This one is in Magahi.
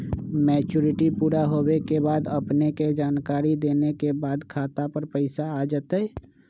मैच्युरिटी पुरा होवे के बाद अपने के जानकारी देने के बाद खाता पर पैसा आ जतई?